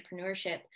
entrepreneurship